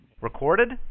Recorded